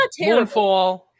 Moonfall